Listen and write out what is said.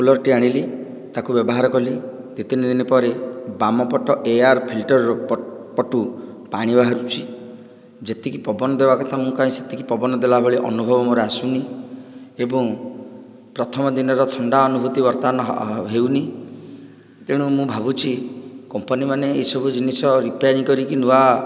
କୁଲରଟିଏ ଆଣିଲି ତାକୁ ବ୍ୟବହାର କଲି ଦୁଇ ତିନି ଦିନ ପରେ ବାମ ପଟ ଏୟାର ଫିଲ୍ଟର ପଟୁ ପାଣି ବାହାରୁଛି ଯେତିକି ପବନ ଦେବା କଥା ମୁଁ କାହିଁ ସେତିକି ପବନ ଦେଲା ଭଳି ଅନୁଭବ ମୋର ଆସୁ ନାହିଁ ଏବଂ ପ୍ରଥମ ଦିନର ଥଣ୍ଡା ଅନୁଭୂତି ବର୍ତ୍ତମାନ ହେଉନାହିଁ ତେଣୁ ମୁଁ ଭାବୁଛି କମ୍ପାନୀମାନେ ଏସବୁ ଜିନିଷ ରିପେୟାରିଙ୍ଗ କରିକି ନୂଆ